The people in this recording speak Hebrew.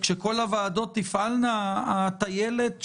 כשכל הוועדות יפעלו נראה את הטיילת,